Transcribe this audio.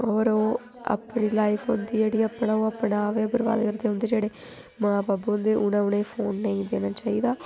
होर ओह् अपनी लाइफ होंदी जेह्ड़ी अपना ओह् अपने आप गै बर्बाद करदे उं'दे जेह्ड़े मां बब्ब होंदे उ'नें उ'नें गी फोन नेईं देना चाहिदा